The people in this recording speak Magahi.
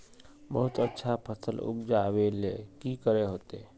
बहुत अच्छा फसल उपजावेले की करे होते?